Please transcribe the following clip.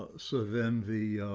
ah so then the